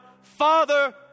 Father